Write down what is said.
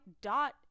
dot